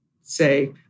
say